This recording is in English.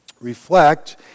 Reflect